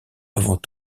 avant